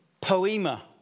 poema